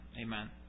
Amen